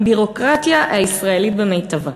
הביורוקרטיה הישראלית במיטבה.